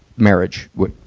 marriage, wi,